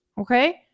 okay